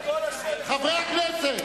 חברי הכנסת.